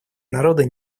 народы